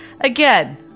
Again